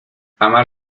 amar